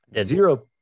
Zero